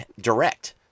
direct